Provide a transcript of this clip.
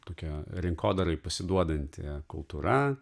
tokia rinkodarai pasiduodanti kultūra